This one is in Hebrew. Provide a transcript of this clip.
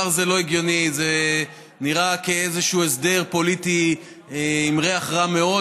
זה נראה כאיזשהו הסדר פוליטי עם ריח רע מאוד,